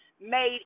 made